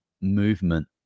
movement